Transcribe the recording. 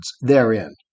therein